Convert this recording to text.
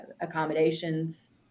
accommodations